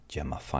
Gemma